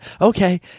okay